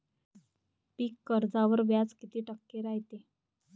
पीक कर्जावर व्याज किती टक्के रायते?